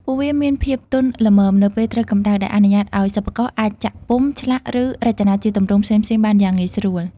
ពួកវាមានភាពទន់ល្មមនៅពេលត្រូវកម្ដៅ ដែលអនុញ្ញាតឲ្យសិប្បករអាចចាក់ពុម្ព ឆ្លាក់ ឬរចនាជាទម្រង់ផ្សេងៗបានយ៉ាងងាយស្រួល។